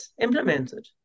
implemented